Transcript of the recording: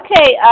Okay